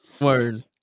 Word